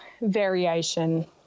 variation